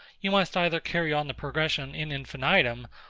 you must either carry on the progression in infinitum,